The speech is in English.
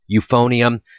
euphonium